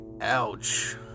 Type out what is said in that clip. Ouch